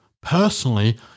personally